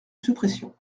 suppression